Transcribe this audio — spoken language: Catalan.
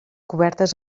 cobertes